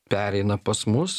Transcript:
pereina pas mus